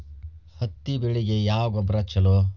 ಹತ್ತಿ ಬೆಳಿಗ ಯಾವ ಗೊಬ್ಬರ ಛಲೋ?